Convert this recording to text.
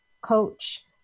coach